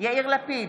יאיר לפיד,